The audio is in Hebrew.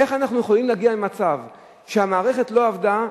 איך אנחנו יכולים להגיע למצב שהמערכת לא עבדה,